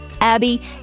Abby